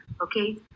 okay